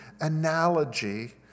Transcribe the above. analogy